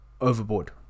overboard